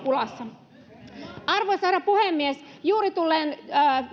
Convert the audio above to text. pulassa arvoisa herra puhemies juuri tulleen